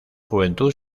juventud